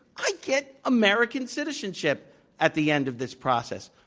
i'd get american citizenship at the end of this process.